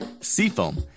Seafoam